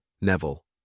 Neville